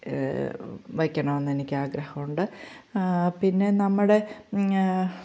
വയ്ക്കണം എന്ന് എനിക്ക് ആഗ്രഹമുണ്ട് പിന്നെ നമ്മുടെ